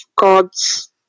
God's